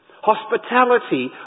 Hospitality